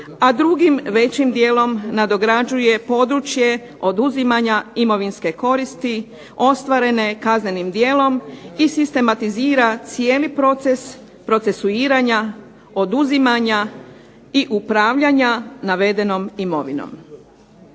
a drugim većim dijelom nadograđuje područje oduzimanja imovinske koristi ostvarene kaznenim djelom i sistematizira cijeli proces procesuiranja, oduzimanja i upravljanja navedenom imovinom.